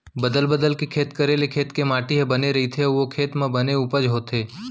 बदल बदल के खेत करे ले खेत के माटी ह बने रइथे अउ ओ खेत म बने उपज होथे